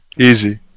Easy